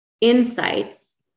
insights